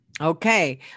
Okay